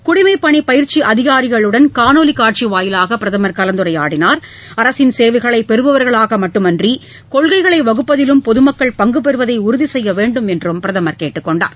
குடிமைப்பணி பயிற்சி அதிகாரிகளுடனும் காணொளி காட்சி வாயிலாக பிரதமர் கலந்துரையாடினார் அரசின் சேவைகளை பெறுபவர்களாக மட்டுமின்றி கொள்கைகளை வகுப்பதிலும் பொதுமக்கள் பங்கு பெறுவதை உறுதி செய்ய வேண்டும் என்று பிரதமர் கேட்டுக்கொண்டார்